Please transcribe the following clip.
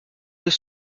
deux